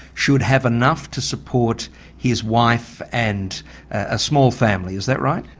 should have enough to support his wife and a small family. is that right?